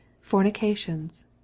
fornications